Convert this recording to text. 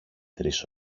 τρεις